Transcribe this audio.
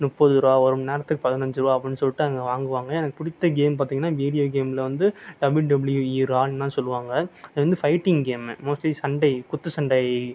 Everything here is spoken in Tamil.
முப்பதுருவா ஒருமணி நேரத்துக்கு பதினஞ்சுருவா அப்படின்னு சொல்லிட்டு அங்கே வாங்குவாங்க எனக்கு பிடித்த கேம் பார்த்தீங்னா வீடியோ கேமில் வந்து டபள்யு டபள்யு ஈரான்லாம் சொல்வாங்க அது வந்து ஃபைட்டிங் கேம் மோஸ்ட்லி சண்டை குத்து சண்டை